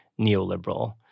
neoliberal